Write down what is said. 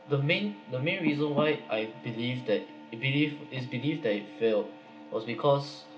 the main the main reason why I believed that believe is believed that it failed was because